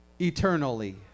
eternally